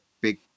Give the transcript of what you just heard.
big